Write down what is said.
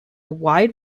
wide